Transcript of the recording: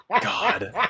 God